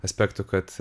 aspektų kad